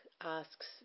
asks